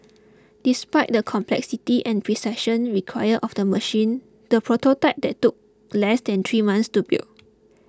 despite the complexity and precision required of the machine the prototype took less than three months to build